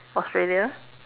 Australia